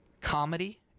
comedy